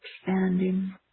Expanding